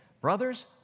brothers